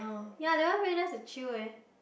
ya that one very nice to chill eh